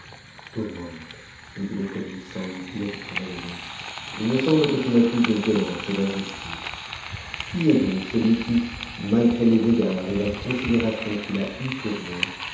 tourmente lui dit le calife sans lui dire de se relever il me semble que tu m'accuses de violence et d'injustice qui est donc celui qui malgré les égards et la considération qu'il a eus pour moi